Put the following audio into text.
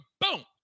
boom